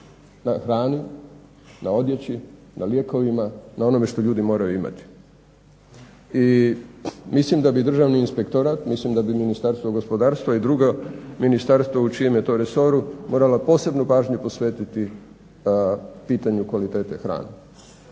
na hrani, na odjeći, na lijekovima, na onome što ljudi moraju imati. I mislim da bi Državni inspektorat, mislim da bi Ministarstvo gospodarstva i druga ministarstva u čijem je to resoru morala posebnu pažnju posvetiti pitanju kvalitete hrane.